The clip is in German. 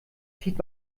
zieht